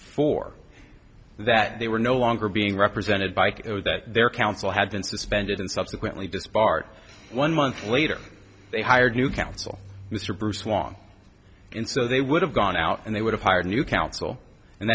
four that they were no longer being represented by it was that their council had been suspended and subsequently disbarred one month later they hired new counsel mr bruce won in so they would have gone out and they would have hired a new counsel and